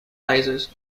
sizes